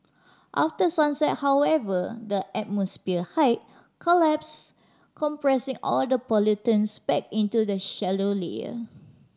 after sunset however the atmosphere height collapses compressing all the pollutants back into a shallow layer